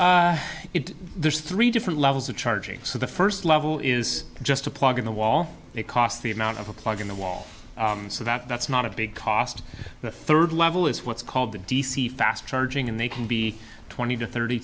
it there's three different levels of charging so the first level is just a plug in the wall it costs the amount of a plug in the wall so that that's not a big cost the third level is what's called the d c fast charging and they can be twenty to thirty